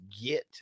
get